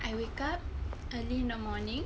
I wake up early in the morning